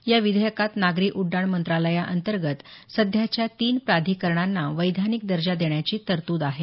या विधेयाकात नागरी उड्डाण मंत्रालयांतर्गत सध्याच्या तीन प्राधिकरणांना वैधानिक दर्जा देण्याची तरतूद आहे